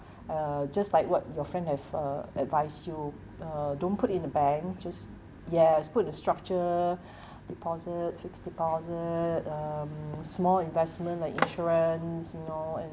uh just like what your friend have uh advise you uh don't put in the bank just yes put a structure deposit fixed deposit um small investment like insurance you know and